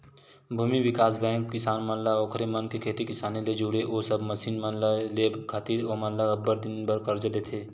भूमि बिकास बेंक किसान मन ला ओखर मन के खेती किसानी ले जुड़े ओ सब मसीन मन ल लेय खातिर ओमन ल अब्बड़ दिन बर करजा देथे